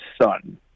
son